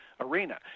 arena